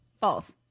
False